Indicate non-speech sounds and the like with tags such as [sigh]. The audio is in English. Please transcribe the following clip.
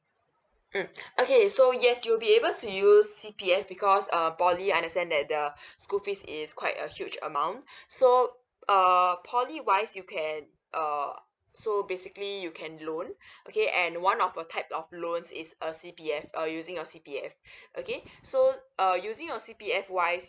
mm okay so yes you'll be able see use C_P_F because uh poly understand that the school fees is quite a huge amount so err poly wise you can uh so basically you can loan [breath] okay and one of a type of loans is uh C_P_F uh using your C_P_F okay so uh using your C_P_F wise